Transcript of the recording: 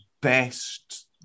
best